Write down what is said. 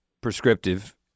prescriptive